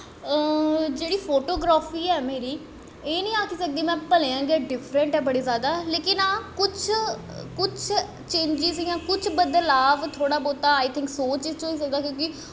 जेह्ड़ी फोटोग्राफी ऐ मेरी एह् नेईं आक्खी सकदी में भलेआं गै डिफ्रैंट ऐ बड़ी जैदा हां लेकिन कुछ कुछ चेंजिस जां कुछ बदलाव थोह्ड़ा बौह्ता आई थिंक सोच च होई सकदा कि